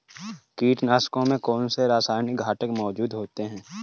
कीटनाशकों में कौनसे रासायनिक घटक मौजूद होते हैं?